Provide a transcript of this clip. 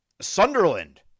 Sunderland